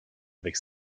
avec